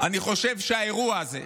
אני חושב שהאירוע הזה,